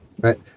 right